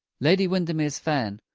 lady windermere's fan,